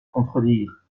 contredire